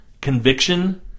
conviction